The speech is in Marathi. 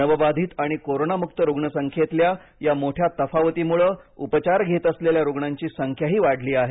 नवबाधित आणि कोरोनामुक्त रुग्णसंख्येतल्या या मोठ्या तफावतीमुळे उपचार घेत असलेल्या रुग्णांची संख्याही वाढली आहे